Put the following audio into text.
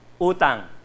Utang